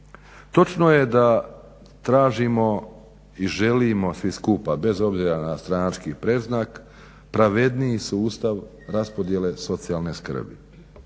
Točno je da tražimo i želimo svi skupa, bez obzira na stranački predznak pravedniji sustav raspodjele socijalne skrbi.